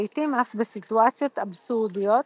לעיתים אף בסיטואציות אבסורדיות.